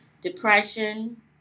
depression